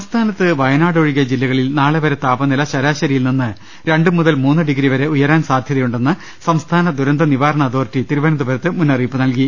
സംസ്ഥാനത്ത് വയനാട് ഒഴികെയുള്ള ജില്ലകളിൽ നാളെ വരെ താപ നില ശരാശരിയിൽനിന്ന് രണ്ട് മുതൽ മൂന്നു ഡിഗ്രിവരെ ഉയരാൻ സാധ്യ തയുണ്ടെന്ന് സംസ്ഥാന ദുരന്തനിവാരണ അതോറിറ്റി മുന്നറിയിപ്പുനൽകി